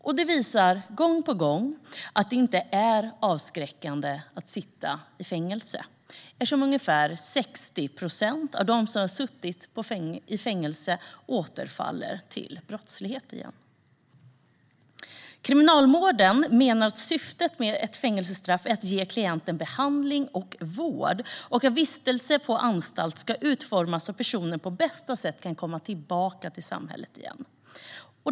Det har visat sig gång på gång att det inte är avskräckande att sitta i fängelse, eftersom ungefär 60 procent av dem som suttit i fängelse återfaller i brottslighet. Kriminalvården menar att syftet med ett fängelsestraff är att ge klienten behandling och vård och att vistelsen på anstalten ska utformas så att personen på bästa sätt kan komma tillbaka till samhället igen.